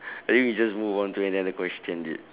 maybe we just move on to another question dude